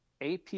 AP